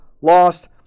lost